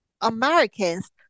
Americans